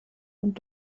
und